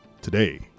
Today